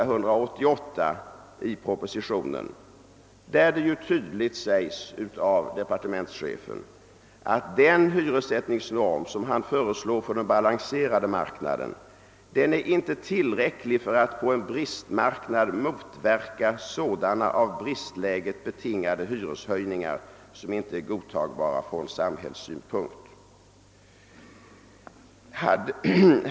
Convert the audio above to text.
188 i propositionen nr 141, där det tydligt uttalas av departementschefen, att den hyressättningsnorm, som han föreslår för den balanserade marknaden, »inte är tillräcklig för att på en brist marknad motverka sådana av bristläget betingade hyreshöjningar som inte är godtagbara från samhällets synpunkt».